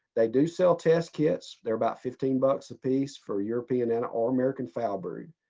they do sell test kits, there about fifteen bucks apiece for european and or american foulbrood.